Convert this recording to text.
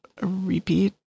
repeat